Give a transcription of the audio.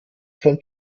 von